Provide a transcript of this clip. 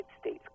States